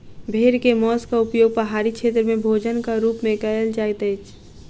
भेड़ के मौंसक उपयोग पहाड़ी क्षेत्र में भोजनक रूप में कयल जाइत अछि